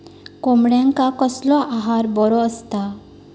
कोंबड्यांका कसलो आहार बरो असता?